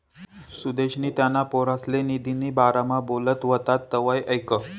सुदेशनी त्याना पोरसले निधीना बारामा बोलत व्हतात तवंय ऐकं